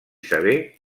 saber